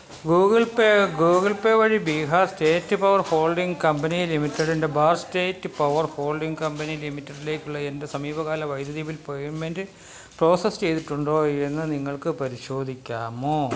Google Pay Google Pay വഴി Bihar state power holding company ലിമിറ്റഡിൻ്റെ ബാർ സ്റ്റേറ്റ് പവർ ഹോൾഡിംഗ് കമ്പനി ലിമിറ്റഡിലേക്കുള്ള എൻ്റെ സമീപകാല വൈദ്യുതി ബിൽ പേയ്മെൻ്റ് പ്രോസസ്സ് ചെയ്തിട്ടുണ്ടോയെന്ന് നിങ്ങൾക്ക് പരിശോധിക്കാമോ